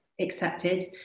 accepted